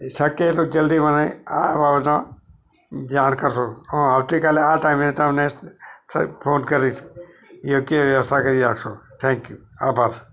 શક્ય હોય એટલું જલ્દી મને આ બાબતમાં જાણ કરશો હું આવતી કાલે આ ટાઈમે તમને સાહેબ ફોન કરીશ યોગ્ય વ્યવસ્થા કરી રાખશો થેન્ક યુ આભાર